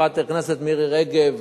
חברת הכנסת מירי רגב,